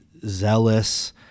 zealous